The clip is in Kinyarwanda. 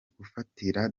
gufatira